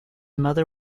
mother